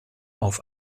auf